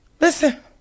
Listen